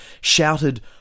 shouted